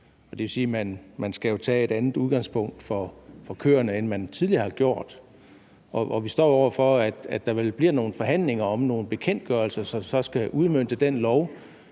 det vil sige, at man jo skal tage et andet udgangspunkt over for køerne, end man tidligere har gjort. Vi står jo over for, at der vel bliver nogle forhandlinger om nogle bekendtgørelser, som så skal udmønte den lov.